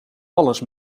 alles